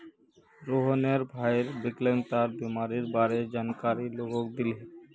रोहनेर भईर विकलांगता बीमारीर बारे जानकारी लोगक दीले